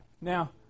Now